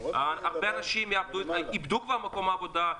הרבה אנשים איבדו את מקום העבודה,